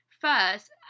first